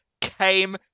came